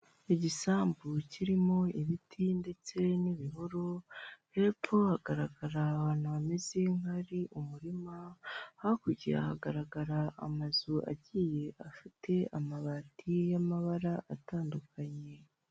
Igisambu kirimo ibiti ndetse n'ibihuru, hepfo hagaragara abantu hameze nk'ahari umurima, hakurya hagaragara amazu agiye afite amabati y'amabara atandukanye.